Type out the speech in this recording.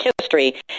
history